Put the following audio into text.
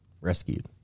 rescued